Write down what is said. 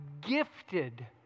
gifted